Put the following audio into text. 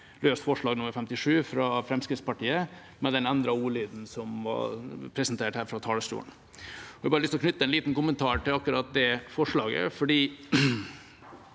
støtte forslag nr. 57, fra Fremskrittspartiet, med den endrede ordlyden som ble presentert fra denne talerstolen. Jeg vil knytte en liten kommentar til akkurat det forslaget. I